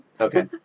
okay